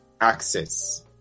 access